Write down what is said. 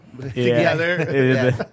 together